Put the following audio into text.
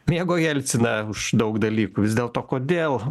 mėgo jelciną už daug dalykų vis dėlto kodėl